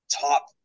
top